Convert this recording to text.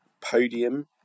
podium